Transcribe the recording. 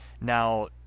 now